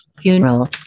Funeral